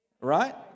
Right